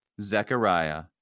Zechariah